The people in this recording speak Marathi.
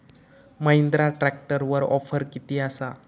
महिंद्रा ट्रॅकटरवर ऑफर किती आसा?